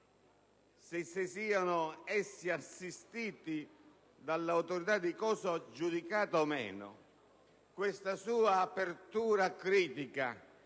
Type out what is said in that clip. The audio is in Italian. se siano essi assistiti dall'autorità di cosa giudicata o meno. Questa sua apertura critica,